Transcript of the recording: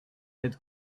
had